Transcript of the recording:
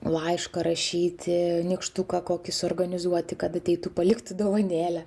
laišką rašyti nykštuką kokį suorganizuoti kad ateitų paliktų dovanėlę